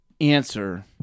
answer